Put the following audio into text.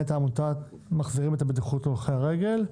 מנהלת עמותת מחזירים את הבטיחות להולכי הרגל.